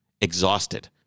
exhausted